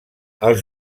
els